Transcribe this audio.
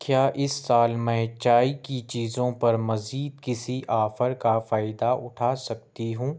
کیا اس سال میں چائے کی چیزوں پر مزید کسی آفر کا فائدہ اٹھا سکتی ہوں